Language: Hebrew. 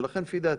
ולכן, לפי דעתי,